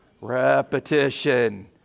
Repetition